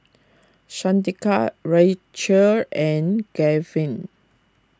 Shaneka Rachael and Gaven